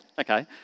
okay